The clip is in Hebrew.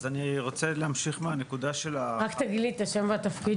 אז אני רוצה להמשיך מהנקודה --- רק תגיד לי את השם והתפקיד.